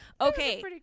Okay